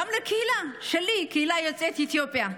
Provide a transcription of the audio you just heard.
וגם לקהילה שלי, לקהילת יוצאי אתיופיה,